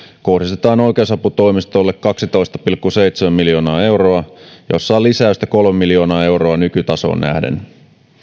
kohdistetaan oikeusaputoimistoille kaksitoista pilkku seitsemän miljoonaa euroa jossa on lisäystä kolme miljoonaa euroa nykytasoon nähden